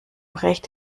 recht